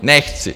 Nechci!